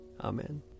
Amen